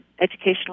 educational